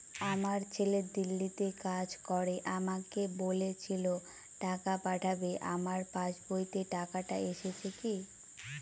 আমার ছেলে দিল্লীতে কাজ করে আমাকে বলেছিল টাকা পাঠাবে আমার পাসবইতে টাকাটা এসেছে কি?